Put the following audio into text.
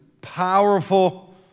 powerful